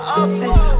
office